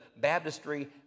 baptistry